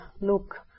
look